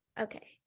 okay